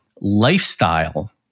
lifestyle